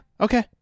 Okay